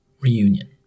reunion